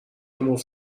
مفت